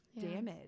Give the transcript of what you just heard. damaged